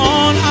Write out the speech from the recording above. on